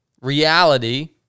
reality